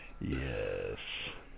Yes